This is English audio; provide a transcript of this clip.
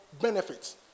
benefits